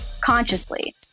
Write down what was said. consciously